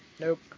Nope